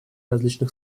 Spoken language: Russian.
различных